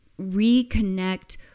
reconnect